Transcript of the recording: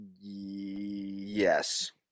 Yes